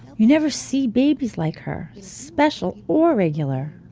you never see babies like her, special or regular.